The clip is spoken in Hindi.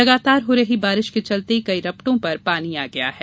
लगातार हो रही बारिश के चलते कई रपटों पर पानी आ गया है